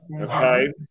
okay